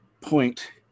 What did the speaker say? point